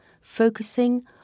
focusing